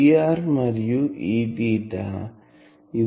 Er మరియు Eθ